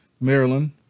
Maryland